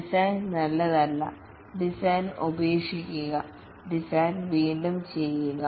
design നല്ലതല്ല design ഉപേക്ഷിക്കുക design വീണ്ടും ചെയ്യുക